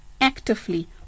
actively